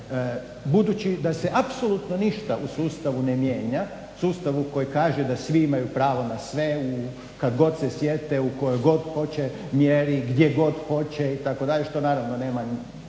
Budući da se apsolutno ništa u sustavu ne mijenja, sustavu koji kaže da svi imaju pravo na sve, kad god se sjete, u kojoj god hoće mjeri, gdje hoće itd. što naravno nema u